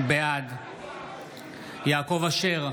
בעד יעקב אשר,